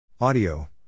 Audio